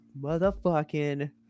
motherfucking